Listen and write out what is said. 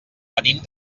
venim